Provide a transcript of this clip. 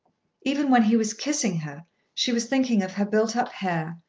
even when he was kissing her she was thinking of her built-up hair,